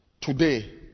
Today